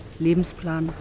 Lebensplan